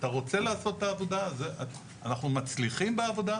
אתה רוצה לעשות את העבודה, אנחנו מצליחים בעבודה,